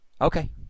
Okay